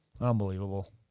Unbelievable